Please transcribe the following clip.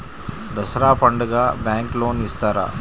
దసరా పండుగ bank loan ఇస్తారా?